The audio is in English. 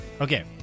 Okay